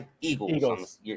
Eagles